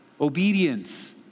Obedience